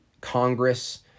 Congress